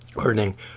earning